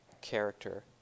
character